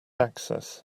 access